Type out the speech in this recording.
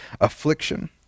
affliction